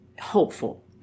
hopeful